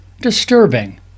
disturbing